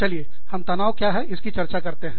चलिए हम तनाव क्या है इसकी चर्चा करते हैं